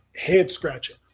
head-scratching